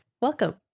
Welcome